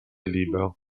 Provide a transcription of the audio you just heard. libro